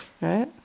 right